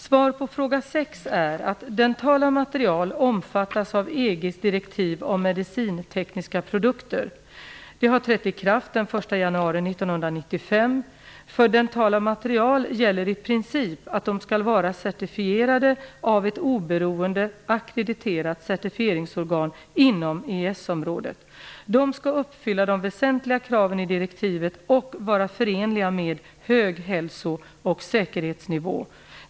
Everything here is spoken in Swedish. Svar på fråga sex är att dentala material omfattas av EG:s direktiv om medicintekniska produkter För dentala material gäller i princip att de skall vara certifierade av ett oberoende ackrediterat certifieringsorgan inom EES-området. De skall uppfylla de väsentliga kraven i direktivet och vara förenliga med hög hälso och säkerhetsnivå.